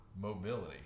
mobility